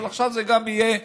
אבל עכשיו זה גם יהיה בחוק,